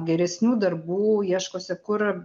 geresnių darbų ieškosi kur